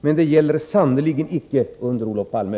Men det gäller sannerligen inte under Olof Palme.